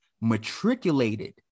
matriculated